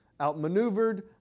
outmaneuvered